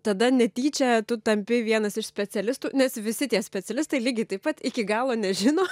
tada netyčia tu tampi vienas iš specialistų nes visi tie specialistai lygiai taip pat iki galo nežino